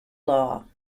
law